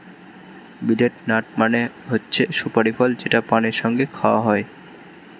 betel nut মানে হচ্ছে সুপারি ফল যেটা পানের সঙ্গে খাওয়া হয়